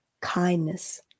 kindness